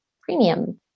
premium